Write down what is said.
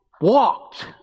walked